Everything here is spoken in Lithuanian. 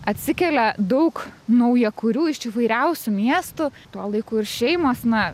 atsikelia daug naujakurių iš įvairiausių miestų tuo laiku ir šeimos na